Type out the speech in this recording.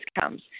comes